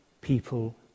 people